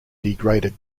degraded